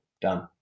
Done